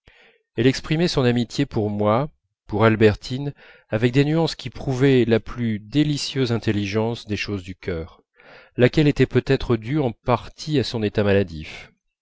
elle exprimait son amitié pour moi pour albertine avec des nuances qui prouvaient la plus délicieuse intelligence des choses du cœur laquelle était peut-être due en partie à son état maladif